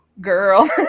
girl